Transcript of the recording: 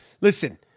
listen